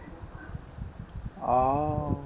orh